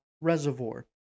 Reservoir